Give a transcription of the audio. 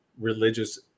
religious